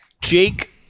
jake